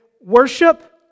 worship